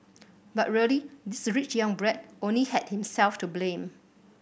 but really this rich young brat only had himself to blame